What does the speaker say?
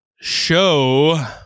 show